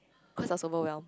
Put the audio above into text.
cause I was overwhelmed